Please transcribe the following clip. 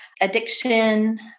addiction